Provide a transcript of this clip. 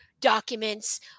documents